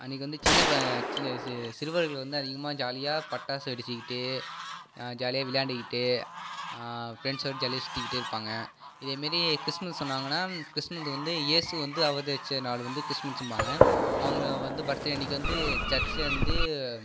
அன்றைக்கி வந்து சின்ன ப சின்ன சு சிறுவர்கள் வந்து அதிகமாக ஜாலியாக பட்டாசு வெடிச்சுக்கிட்டு ஜாலியாக விளையாண்டுக்கிட்டு ஃப்ரெண்ட்ஸோடய ஜாலியாக சுற்றிக்கிட்டு இருப்பாங்க இதே மாரி கிறிஸ்மஸ் சொன்னாங்கனா கிறிஸ்மஸ் வந்து இயேசு வந்து அவதரித்த நாள் வந்து கிறிஸ்மஸ்ஸும்பாங்க அவங்க வந்து பார்த்டே அன்றைக்கி வந்து சர்ச்சில் வந்து